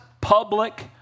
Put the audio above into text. public